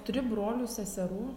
turi brolių seserų